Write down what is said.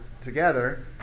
Together